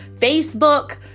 facebook